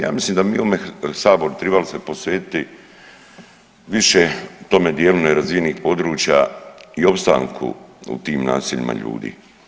Ja mislim da mi u ovom saboru tribali se posvetiti više tome dijelu nerazvijenih područja i opstanku u tim naseljima ljudi.